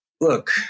Look